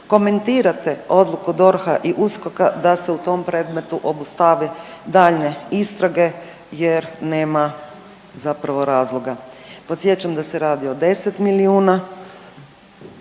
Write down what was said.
komentirate odluku DORH-a i USKOK-a da se u tom predmetu obustave daljnje istrage jer nema zapravo razloga. Podsjećam da se radi o deset milijuna